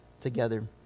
together